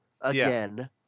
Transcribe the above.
again